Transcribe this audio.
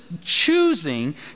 choosing